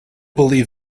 believe